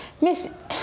Miss